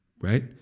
right